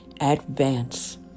advance